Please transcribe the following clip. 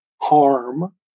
harm